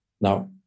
Now